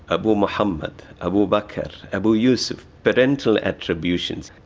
abu mohammed, abu bakr, abu yusuf. parental attributions.